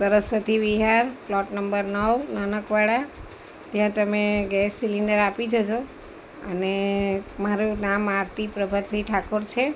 Saraswati Vihar plot number નાનકવાળા ત્યાં તમે ગેસ સિલેન્ડર આપી જજો અને મારું નામ આરતી પ્રભાજી ઠાકોર છે